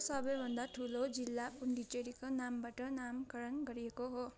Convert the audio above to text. यो सबैभन्दा ठुलो जिल्ला पुन्डुचेरीको नामबाट नामाकरण गरिएको हो